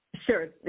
Sure